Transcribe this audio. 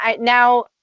now